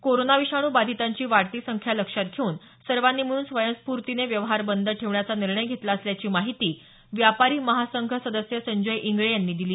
corona विषाणू बाधितांची वाढती संख्या लक्षात घेऊन सर्वांनी मिळून स्वयंस्फूर्तीने व्यवहार बंद ठेवण्याचा निर्णय घेतला असल्याची माहिती व्यापारी महासंघ सदस्य संजय इंगळे यांनी दिली